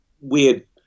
weird